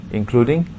including